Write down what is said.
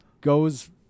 goes